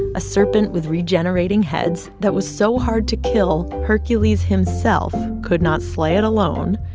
a serpent with regenerating heads that was so hard to kill, hercules himself could not slay it alone.